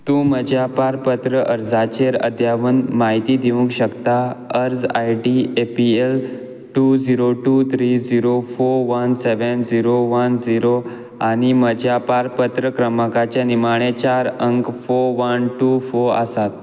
तूं म्हज्या पारपत्र अर्जाचेर अध्यावत म्हायती दिवंक शकता अर्ज I D A P L two zero two three zero four one seven zero one zero आनी म्हज्या पारपत्र क्रमांकाचे निमाणे चार अंक फोर वन टू फोर आसात